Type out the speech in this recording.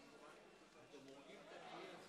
גברתי היושבת-ראש,